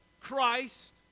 Christ